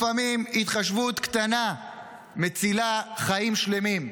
לפעמים התחשבות קטנה מצילה חיים שלמים.